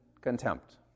contempt